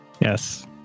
yes